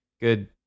Good